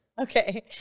Okay